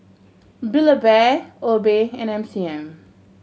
Build Bear Obey and M C M